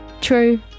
True